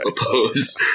oppose